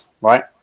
right